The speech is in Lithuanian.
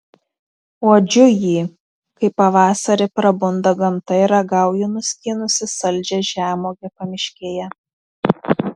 uodžiu jį kai pavasarį prabunda gamta ir ragauju nuskynusi saldžią žemuogę pamiškėje